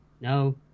No